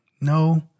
No